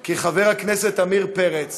כי חבר הכנסת עמיר פרץ